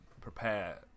prepare